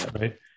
Right